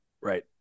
Right